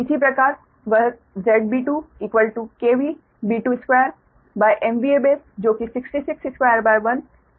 इसी प्रकार वह ZB2B22 base जो कि 6621 है जो 4356 Ω है